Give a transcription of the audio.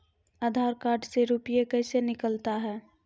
आधार कार्ड से रुपये कैसे निकलता हैं?